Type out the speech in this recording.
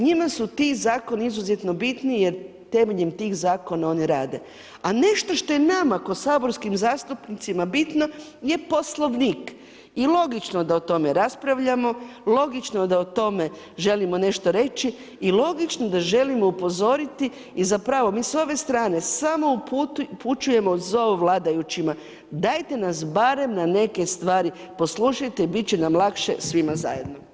Njima su ti zakoni izuzetno bitni jer temeljem tih zakona oni rade, a nešto što je nama kao saborskih zastupnicima bitno je Poslovnik i logično da o tome raspravljamo, logično da o tome želimo nešto reći i logično da želimo upozoriti i zapravo mi s ove strane samo upućujemo zov vladajućima, dajte nas barem na neke stvari poslušajte, bit će nam lakše svima zajedno.